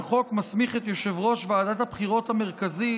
החוק מסמיך את יושב-ראש ועדת הבחירות המרכזית